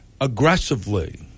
aggressively